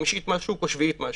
חמישית מהשוק או שביעית מהשוק,